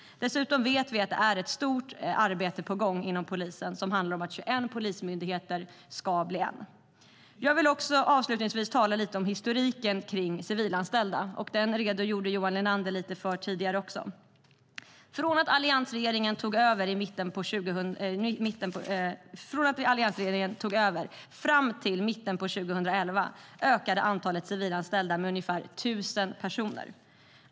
Dessutom vet vi att ett stort arbete är på gång inom polisen som handlar om att de 21 polismyndigheterna ska bli en. Avslutningsvis vill jag tala om historiken för civilanställda. Den redogjorde också Johan Linander för tidigare. Från att alliansregeringen tog över fram till mitten av 2011 ökade antalet civilanställda med ungefär 1 000 personer.